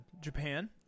Japan